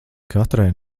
katrai